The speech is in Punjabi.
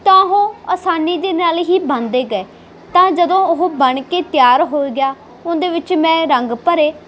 ਤਾਂ ਉਹ ਆਸਾਨੀ ਦੇ ਨਾਲ ਹੀ ਬਣਦੇ ਗਏ ਤਾਂ ਜਦੋਂ ਉਹ ਬਣ ਕੇ ਤਿਆਰ ਹੋ ਗਿਆ ਉਹਦੇ ਵਿੱਚ ਮੈਂ ਰੰਗ ਭਰੇ